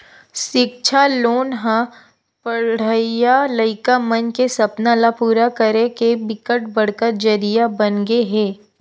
सिक्छा लोन ह पड़हइया लइका मन के सपना ल पूरा करे के बिकट बड़का जरिया बनगे हे